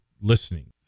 listening